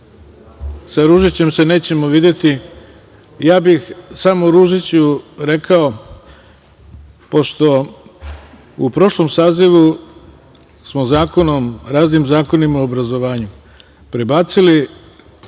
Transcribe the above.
sa Ružićem se nećemo videti, ja bih samo Ružiću rekao, pošto u prošlom sazivu, smo raznim zakonima o obrazovanju, prebacili